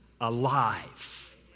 alive